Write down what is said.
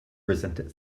presented